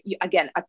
again